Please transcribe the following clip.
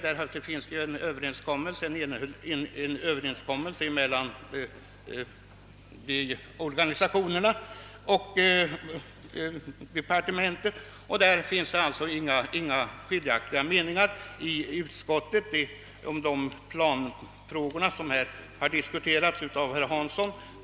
Det finns därvidlag en överenskommelse mellan organisationerna och departementen, och det råder alltså inga skiljaktiga meningar om de planfrågor som här har diskuterats av herr Hansson.